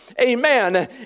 Amen